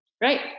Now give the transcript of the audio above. right